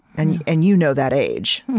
and and you know that age